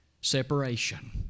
separation